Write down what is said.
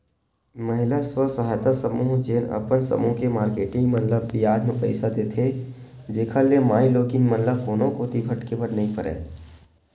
महिला स्व सहायता समूह जेन अपन समूह के मारकेटिंग मन ल बियाज म पइसा देथे, जेखर ले माईलोगिन मन ल कोनो कोती भटके बर नइ परय